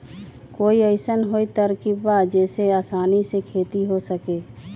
कोई अइसन कोई तरकीब बा जेसे आसानी से खेती हो सके?